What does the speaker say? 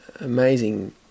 amazing